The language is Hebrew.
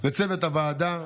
לצוות הוועדה,